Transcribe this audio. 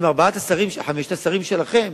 אם ארבעת השרים, חמשת השרים שלכם